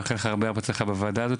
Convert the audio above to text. מאחל לך הרבה הצלחה בוועדה הזאת,